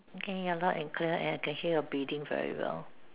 okay you're loud and clear and I can hear your breathing very well